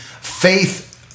faith